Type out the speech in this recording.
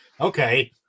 okay